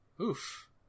Oof